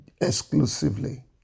exclusively